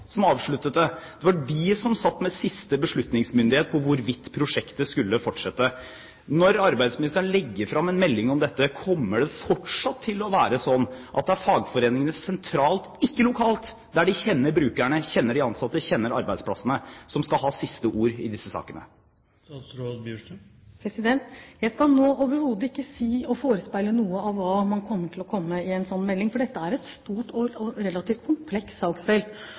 som avsluttet det, det var de som satt med siste beslutningsmyndighet for hvorvidt prosjektet skulle fortsette. Når arbeidsministeren legger fram en melding om dette, kommer det fortsatt til å være sånn at det er fagforeningene sentralt – ikke lokalt, der de kjenner brukerne, kjenner de ansatte, kjenner arbeidsplassene – som skal ha siste ord i disse sakene? Jeg skal nå overhodet ikke si noe om eller forespeile noen noe av det som kommer til å komme i en sånn melding, for dette er et stort og relativt